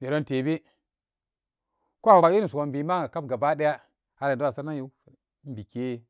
Nedon tebe ko awa irin sonbimanga kap gaba daya nedan asaranan wii biki